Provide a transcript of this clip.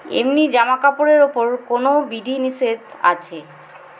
এমনি জামাকাপড়ের ওপর কোনও বিধি নিষেধ আছে